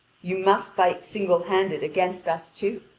you must fight single-handed against us two.